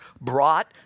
brought